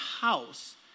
house